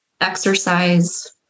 exercise